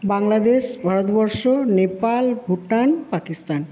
Bangladesh Bharatvarsha Nepal Bhutan Pakistan